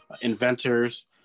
inventors